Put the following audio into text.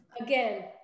Again